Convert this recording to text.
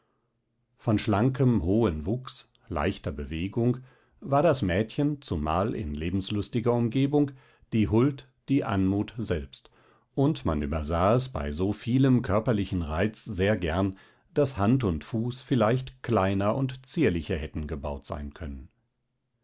von schlankem hohen wuchs leichter bewegung war das mädchen zumal in lebenslustiger umgebung die huld die anmut selbst und man übersah es bei so vielem körperlichen reiz sehr gern daß hand und fuß vielleicht kleiner und zierlicher hätten gebaut sein können